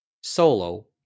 solo